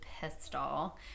pistol